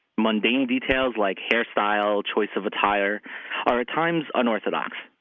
mundane details like hair style, choice of attire are at times unorthodox.